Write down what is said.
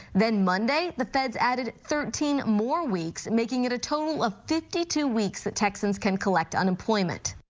then monday, the feds added thirteen more weeks, making it a total of fifty two weeks that texans can collect unemployment.